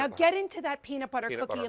ah get into that peanut butter cookie, i mean